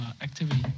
activity